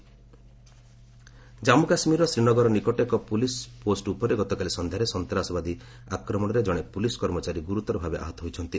JK attack Jammu କାଶ୍କୀରର ଶ୍ରୀନଗର ନିକଟ ଏକ ପୁଲିସ୍ ପୋଷ୍ଟ ଉପରେ ଗତକାଲି ସନ୍ଧ୍ୟାରେ ସନ୍ତାସବାଦୀ ଆକ୍ରମଣରେ ଜଣେ ପୁଲିସ୍ କର୍ମଚାରୀ ଗୁରୁତର ଭାବେ ଆହତ ହୋଇଛନ୍ତି